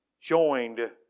joined